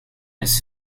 his